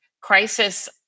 Crisis